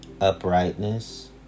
uprightness